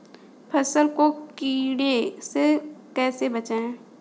फसल को कीड़े से कैसे बचाएँ?